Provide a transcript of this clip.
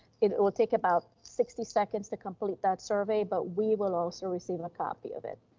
it it will take about sixty seconds to complete that survey, but we will also receive a copy of it.